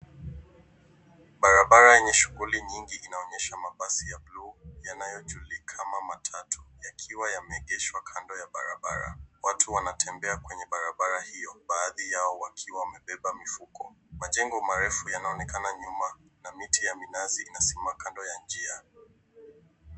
Barabara yenye shughuli nyingi inaonyesha mabasi ya bluu yanayojilikana kama matatu. Yakiwa yameegeshwa kando ya barabara. Watu wanatembea kwenye barabara hiyo baadhi yao wakiwa wa wamebeba mifuko. Majengo marefu yanaonekana nyuma na miti ya minazi inasimama kando ya njia.